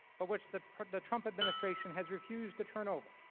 for which the the trump administration has refused to turn over.